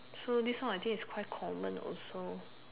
so this one I think is quite common also